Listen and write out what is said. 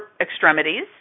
extremities